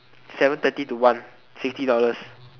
seven thirty to one sixty dollars